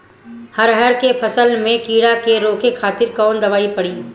अरहर के फसल में कीड़ा के रोके खातिर कौन दवाई पड़ी?